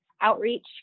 outreach